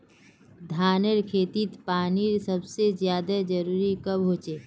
धानेर खेतीत पानीर सबसे ज्यादा जरुरी कब होचे?